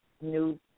new